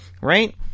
right